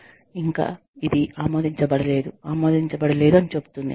ఇది ఇంకా ఆమోదించబడలేదు ఇంకా ఆమోదించబడలేదు అని చెపుతుంది